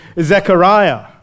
Zechariah